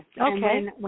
Okay